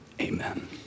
Amen